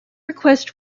request